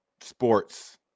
Sports